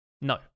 No